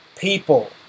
people